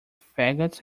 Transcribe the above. faggots